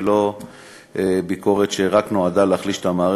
ולא בביקורת שרק נועדה להחליש את המערכת.